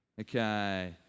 Okay